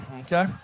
okay